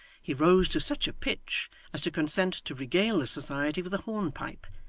he rose to such a pitch as to consent to regale the society with a hornpipe,